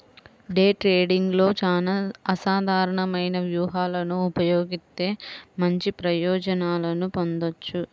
day ట్రేడింగ్లో చానా అసాధారణమైన వ్యూహాలను ఉపయోగిత్తే మంచి ప్రయోజనాలను పొందొచ్చు